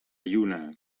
lluna